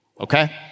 Okay